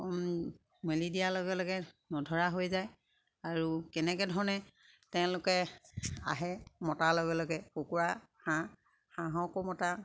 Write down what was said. মেলি দিয়াৰ লগে লগে নধৰা হৈ যায় আৰু কেনেকে ধৰণে তেওঁলোকে আহে মতাৰ লগে লগে কুকুৰা হাঁহ হাঁহকো মতা